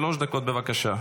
שלוש דקות, בבקשה.